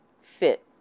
fit